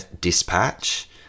Dispatch